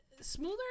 smoother